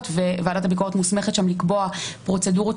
וועדת הביקורת מוסמכת שם לקבוע פרוצדורות